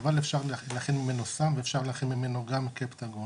אבל אפשר להכין ממנו סם ואפשר להכין ממנו גם קפטגון.